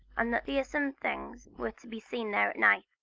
and that fearsome things were to be seen there at night.